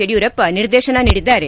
ಯಡಿಯೂರಪ್ಪ ನಿರ್ದೇತನ ನೀಡಿದ್ದಾರೆ